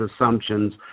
assumptions